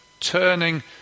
Turning